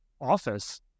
office